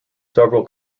several